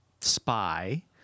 spy